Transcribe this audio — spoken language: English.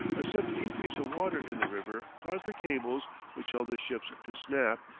a sudden increase of water in the river caused the cables which held the ships to snap,